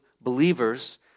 believers